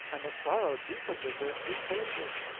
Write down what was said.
and the sorrow deepened in their sweet faces!